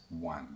one